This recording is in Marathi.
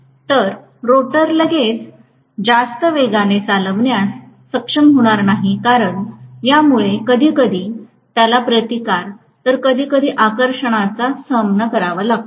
तर रोटर लगेच जास्त वेगाने चालण्यास सक्षम होणार नाही कारण यामुळे कधीकधी त्याला प्रतिकारतर कधीकधी आकर्षणाचा सामना करावा लागतो